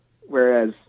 Whereas